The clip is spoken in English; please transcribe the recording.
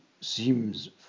seems